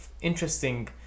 interesting